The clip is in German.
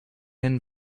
händen